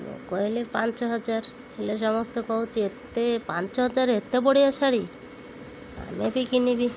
ମୁଁ କହିଲେ ପାଞ୍ଚ ହଜାର ହେଲେ ସମସ୍ତେ କହୁଛି ଏତେ ପାଞ୍ଚ ହଜାର ଏତେ ବଢ଼ିଆ ଶାଢ଼ୀ ଆମେ ବି କିଣିବି